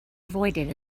avoided